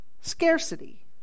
scarcity